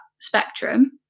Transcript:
spectrum